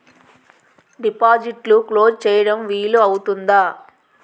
డిపాజిట్లు క్లోజ్ చేయడం వీలు అవుతుందా?